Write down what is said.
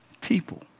people